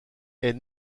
est